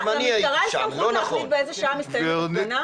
אנחנו --- למשטרה יש סמכות להחליט באיזה שעה מסתיימת הפגנה?